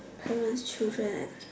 how many children